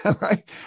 right